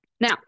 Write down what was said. Now